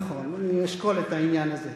נכון, אני אשקול את העניין הזה.